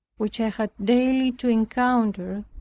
which i had daily to encounter,